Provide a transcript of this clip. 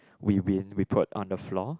we win we put on the floor